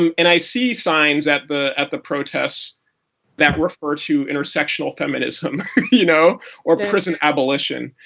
um and i see signs at the at the protest that refer to intersectional feminism you know or prison abolition.